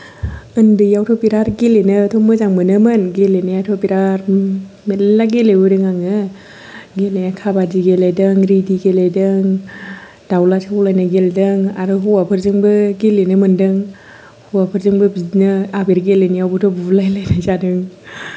ओन्दैयावथ' बिराद गेलेनोथ' मोजां मोनोमोन गेलेनायाथ' बिराद मेल्ला गेलेबोदों आङो गेलेनाया खाबादि गेलेदों रेदि गेलेदों दावला सौलायनाय गेलेदों आरो हौवाफोरजोंबो गेलेनो मोनदों हौवाफोरजोंबो बिदिनो आबिर गेलेनायावबोथ' बुलायलायनाय जादों